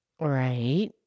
Right